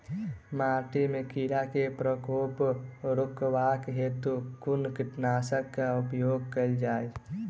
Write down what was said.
माटि मे कीड़ा केँ प्रकोप रुकबाक हेतु कुन कीटनासक केँ प्रयोग कैल जाय?